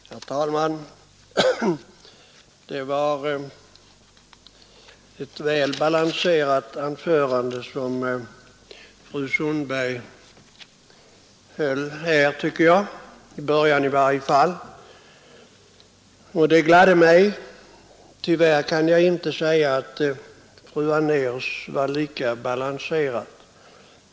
Herr talman! Det var ett väl balanserat anförande i varje fall i början — som fru Sundberg höll. Det gladde mig. Tyvärr kan jag inte säga att fru Anérs anförande var lika balanserat.